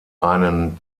einen